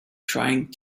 trying